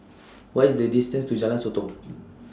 What IS The distance to Jalan Sotong